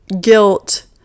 guilt